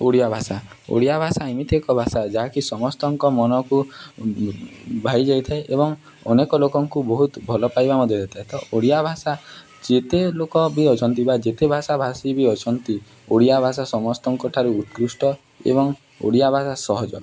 ଓଡ଼ିଆ ଭାଷା ଓଡ଼ିଆ ଭାଷା ଏମିତି ଏକ ଭାଷା ଯାହାକି ସମସ୍ତଙ୍କ ମନକୁ ଭାଇଯାଇଥାଏ ଏବଂ ଅନେକ ଲୋକଙ୍କୁ ବହୁତ ଭଲ ପାଇବା ମଧ୍ୟ ଦେଇଥାଏ ତ ଓଡ଼ିଆ ଭାଷା ଯେତେ ଲୋକ ବି ଅଛନ୍ତି ବା ଯେତେ ଭାଷା ଭାଷୀ ବି ଅଛନ୍ତି ଓଡ଼ିଆ ଭାଷା ସମସ୍ତଙ୍କ ଠାରୁ ଉତ୍କୃଷ୍ଟ ଏବଂ ଓଡ଼ିଆ ଭାଷା ସହଜ